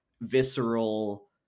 visceral